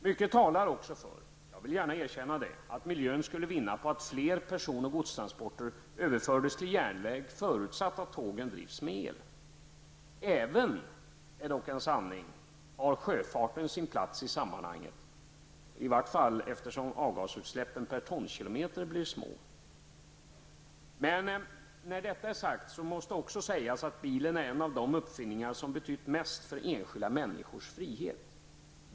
Mycket talar för att miljön skulle vinna på att fler person och godstransporter överfördes till järnväg, förutsatt att tågen drivs med el. Även sjöfarten har sin plats i sammanhanget, då avgasutsläppen per tonkilometer blir små. Men när detta är sagt, måste också sägas att bilen är en av de uppfinningar som betytt mest för enskilda människors frihet.